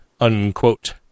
Unquote